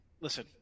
Listen